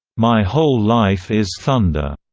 my whole life is thunder,